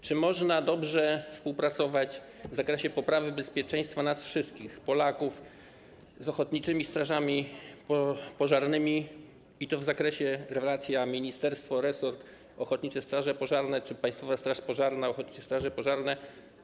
Czy można dobrze współpracować w zakresie poprawy bezpieczeństwa nas wszystkich, Polaków, z ochotniczymi strażami pożarnymi, i to w zakresie, jeżeli chodzi o relację ministerstwo, resort - ochotnicze straże pożarne czy Państwowa Straż Pożarna - ochotnicze straże pożarne?